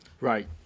Right